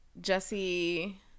Jesse